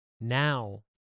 Now